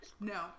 No